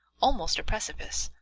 almost a precipice,